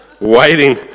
waiting